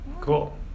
Cool